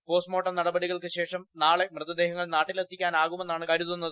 postmortem നടപടികൾക്കുശേഷം നാളെ മൃതദേഹങ്ങൾ നാട്ടിലെത്തിക്കാനാവുമെന്നാണ് കരുതുന്നത്